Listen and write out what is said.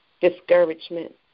discouragement